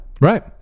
Right